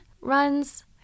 runs